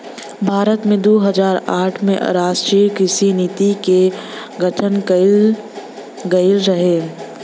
भारत में दू हज़ार आठ में राष्ट्रीय कृषि नीति के गठन कइल गइल रहे